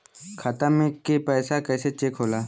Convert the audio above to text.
खाता में के पैसा कैसे चेक होला?